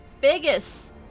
Biggest